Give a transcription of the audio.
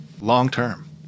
long-term